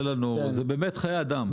מהר.